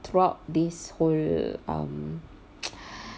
throughout this whole um